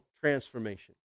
transformation